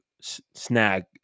snag